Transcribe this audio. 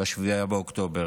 ב-7 באוקטובר,